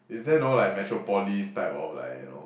is there no like metropolis type of like you know